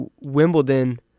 Wimbledon